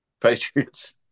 Patriots